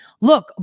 Look